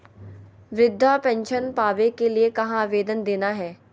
वृद्धा पेंसन पावे के लिए कहा आवेदन देना है?